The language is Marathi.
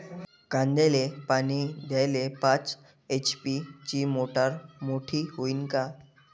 कांद्याले पानी द्याले पाच एच.पी ची मोटार मोटी व्हईन का?